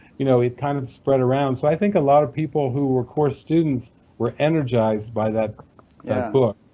you know it kind of spread around. so i think a lot of people who were course students were energized by that yeah book,